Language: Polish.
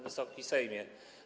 Wysoki Sejmie!